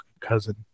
cousin